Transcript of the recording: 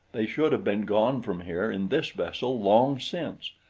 they should have been gone from here in this vessel long since,